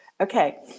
Okay